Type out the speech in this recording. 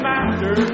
Master